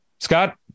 Scott